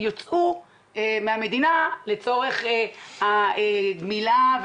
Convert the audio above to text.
יוצאו כספים מהמדינה לצורך גמילה,